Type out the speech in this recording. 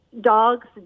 dogs